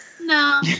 No